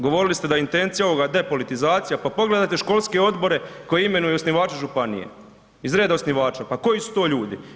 Govorili ste da je intencija ovoga depolitizacija, pa pogledajte školske odbore koje imenuju osnivači županije iz reda osnivača, pa koji su to ljudi.